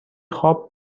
خواب